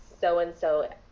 so-and-so